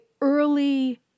early